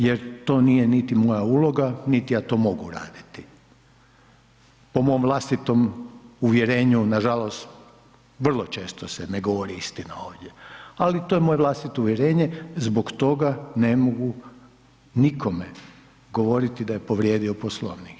Jer to nije niti moja uloga niti ja to mogu raditi, po mom vlastitom uvjerenju nažalost vrlo često se ne govori istina ovdje ali to je moje vlastito uvjerenje zbog toga ne mogu nikome govoriti da je povrijedio Poslovnik.